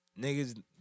Niggas